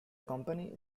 company